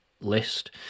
list